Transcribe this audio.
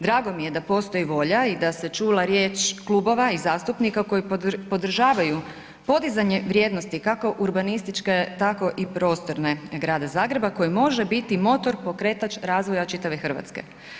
Drago mi je da postoji volja i da se čula riječ klubova i zastupnika koji podržavaju podizanje vrijednosti kako urbanističke tako i prostorne Grada Zagreba koji može biti motor pokretač razvoja čitave Hrvatske.